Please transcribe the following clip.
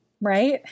Right